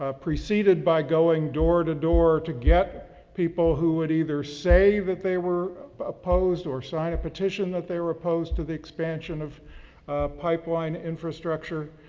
ah preceded by going door to door to get people who would either say that they were opposed or sign a petition that they were opposed to the expansion of a pipeline infrastructure.